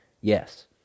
Yes